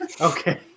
Okay